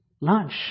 lunch